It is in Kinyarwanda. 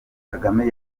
kagame